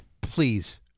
please